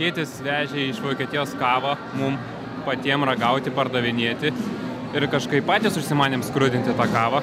tėtis vežė iš vokietijos kavą mum patiem ragauti pardavinėti ir kažkaip patys užsimanėm skrudinti tą kavą